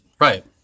right